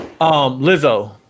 Lizzo